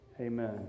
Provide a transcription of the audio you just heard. Amen